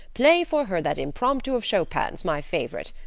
play for her that impromptu of chopin's, my favorite.